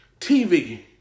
TV